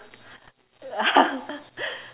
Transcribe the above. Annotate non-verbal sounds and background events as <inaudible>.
<laughs>